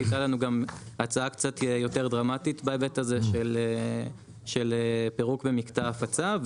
הייתה לנו גם ההצעה קצת יותר דרמטית בהיבט הזה של פירוק במקטע ההפצה,